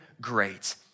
great